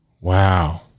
Wow